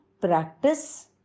practice